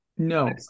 No